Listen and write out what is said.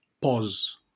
pause